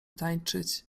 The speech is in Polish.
tańczyć